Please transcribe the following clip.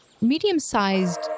medium-sized